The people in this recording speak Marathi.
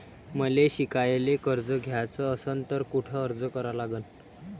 मले शिकायले कर्ज घ्याच असन तर कुठ अर्ज करा लागन?